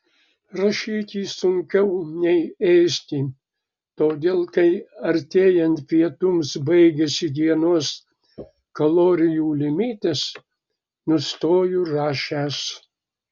rašyti sunkiau nei ėsti todėl kai artėjant pietums baigiasi dienos kalorijų limitas nustoju rašęs